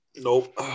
Nope